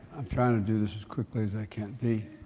i'm trying to do this as quickly as i can. the,